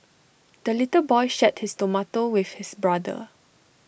the little boy shared his tomato with his brother